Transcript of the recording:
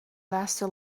lasted